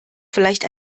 vielleicht